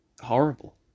horrible